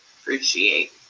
Appreciate